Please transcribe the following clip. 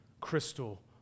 crystal